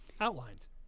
Outlines